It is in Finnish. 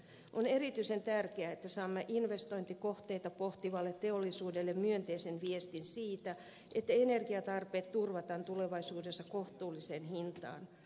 on erityisen tärkeää että saamme investointikohteita pohtivalle teollisuudelle myönteisen viestin siitä että energiatarpeet turvataan tulevaisuudessa kohtuulliseen hintaan